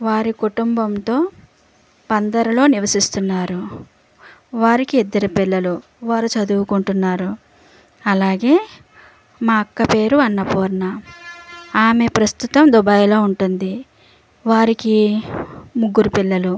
వారి కుటుంబంతో బందర్లో నివసిస్తున్నారు వారికి ఇద్దరు పిల్లలు వారు చదువుకుంటున్నారు అలాగే మా అక్క పేరు అన్నపూర్ణ ఆమె ప్రస్తుతం దుబాయ్లో ఉంటుంది వారికి ముగ్గురు పిల్లలు